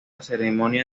ceremonia